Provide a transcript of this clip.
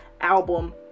album